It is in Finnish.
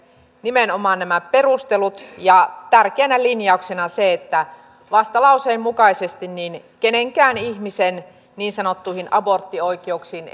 nimenomaan nämä perustelut ja tärkeänä linjauksena se että vastalauseen mukaisesti kenenkään ihmisen niin sanottuihin aborttioikeuksiin